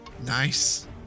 Nice